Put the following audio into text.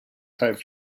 type